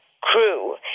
crew